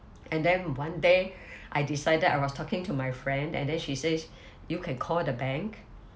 and then one day I decided I was talking to my friend and then she says you can call the bank